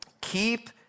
Keep